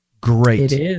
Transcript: Great